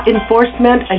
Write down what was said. Enforcement